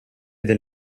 del